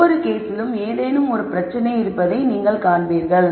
ஒவ்வொரு கேஸிலும் ஏதேனும் ஒரு பிரச்சனை இருப்பதை நீங்கள் காண்பீர்கள்